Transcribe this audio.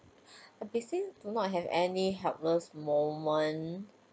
basically do not have any helpless moment